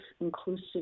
inclusive